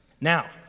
now